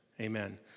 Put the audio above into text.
Amen